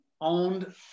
owned